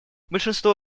большинство